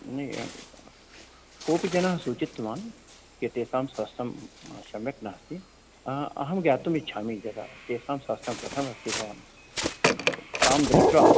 नै कोपि जनः सूचितवान् के तेषां स्वास्थ्यं सम्यक् नास्ति अहं ज्ञातुमिच्छामि जरा तेषां स्वास्थ्यं कथमस्ति भवान् तं दृष्ट्वा